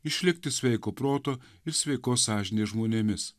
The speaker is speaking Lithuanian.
išlikti sveiko proto ir sveikos sąžinės žmonėmis